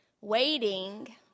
Waiting